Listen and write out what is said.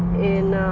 in